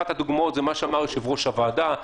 אחת הדוגמאות זה מה שאמר יושב-ראש הוועדה,